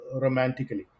romantically